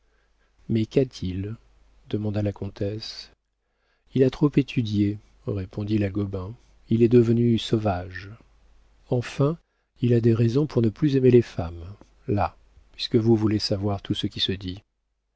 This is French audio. mais qu'a-t-il demanda la comtesse il a trop étudié répondit la gobain il est devenu sauvage enfin il a des raisons pour ne plus aimer les femmes là puisque vous voulez savoir tout ce qui se dit